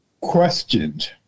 questioned